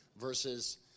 versus